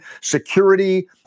security